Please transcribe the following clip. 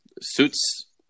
Suits